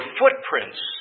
footprints